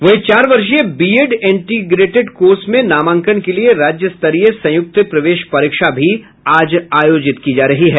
वहीं चार वर्षीय बीएड इंटीग्रेटेड कोर्स में नामांकन के लिये राज्य स्तरीय संयुक्त प्रवेश परीक्षा भी आज आयोजित की जायेगी